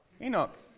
Enoch